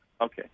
Okay